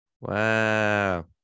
Wow